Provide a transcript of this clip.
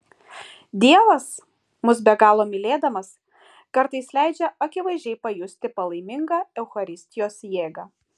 dievas mus be galo mylėdamas kartais leidžia akivaizdžiai pajusti palaimingą eucharistijos jėgą